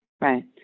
right